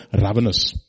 ravenous